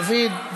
איננו, דוד ביטן,